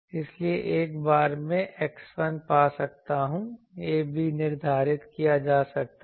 इसलिए एक बार मैं X1 पा सकता हूं a b निर्धारित किया जा सकता है